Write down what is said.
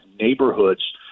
neighborhoods